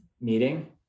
meeting